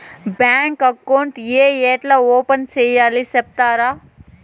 Bank account ఏ ఎట్లా open సేయాలి సెప్తారా?